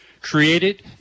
created